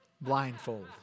blindfold